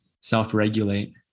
self-regulate